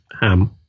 ham